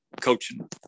coaching